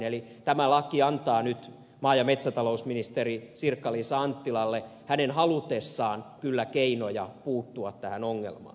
eli tämä laki antaa nyt maa ja metsätalousministeri sirkka liisa anttilalle hänen halutessaan kyllä keinoja puuttua tähän ongelmaan